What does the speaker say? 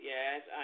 Yes